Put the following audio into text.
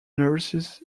nurses